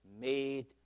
made